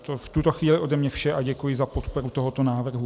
To je v tuto chvíli ode mě vše a děkuji za podporu tohoto návrhu.